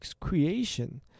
creation